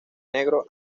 negro